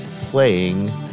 playing